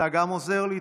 אתה גם עוזר לי?